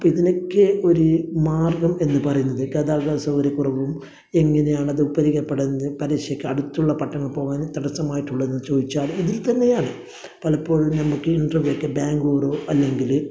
അപ്പൊൾ ഇതിനക്കെ ഒരു മാർഗ്ഗം എന്ന് പറയുന്നത് ഗതാഗത സൗകര്യക്കുറവും എങ്ങനെയാണ് അത് പരിഹരിക്കപ്പെടുന്നത് അടുത്തുള്ള പട്ടണത്തിൽ പോകാനും തടസ്സമായിട്ടുള്ളതെന്ന് ചോദിച്ചാല് ഇതിൽ തന്നെയാണ് പലപ്പോഴും നമ്മൾക്ക് ഇൻറ്റർവ്യൂ ഒക്കെ ബംഗ്ളൂരോ അല്ലെങ്കില്